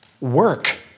work